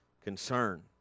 concern